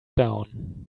down